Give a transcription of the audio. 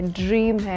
dream